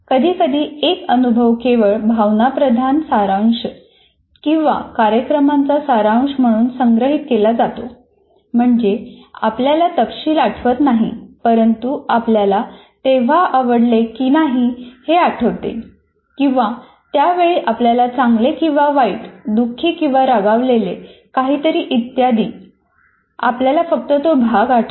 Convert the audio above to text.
कधीकधी एक अनुभव केवळ भावनाप्रधान सारांश किंवा कार्यक्रमाचा सारांश म्हणून संग्रहित केला जातो म्हणजे आपल्याला तपशील आठवत नाही परंतु आपल्याला तेव्हा आवडले की नाही हे आठवते किंवा त्या वेळी आपल्याला चांगले किंवा वाईट दुखी किंवा रागावलेले काहीतरी इत्यादी आपल्याला फक्त तो भाग आठवतो